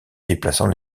déplaçant